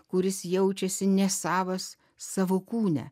kuris jaučiasi nesavas savo kūne